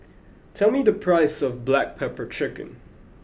tell me the price of black pepper chicken